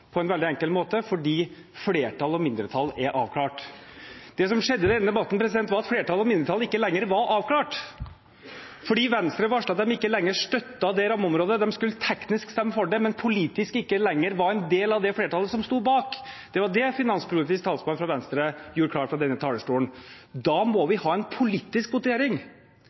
på en veldig enkel måte, fordi flertall og mindretall er avklart. Det som skjedde i denne debatten, var at flertall og mindretall ikke lenger var avklart, fordi Venstre varslet at de ikke lenger støttet det rammeområdet. De skulle teknisk stemme for det, men politisk ikke lenger være en del av det flertallet som sto bak. Det var det finanspolitisk talsmann for Venstre gjorde klart fra denne talerstolen. Da må vi ha en politisk votering.